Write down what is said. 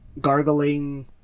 gargling